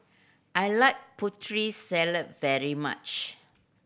I like Putri Salad very much